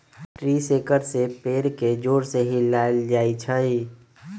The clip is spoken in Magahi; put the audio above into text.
ट्री शेकर से पेड़ के जोर से हिलाएल जाई छई